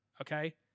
okay